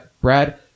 Brad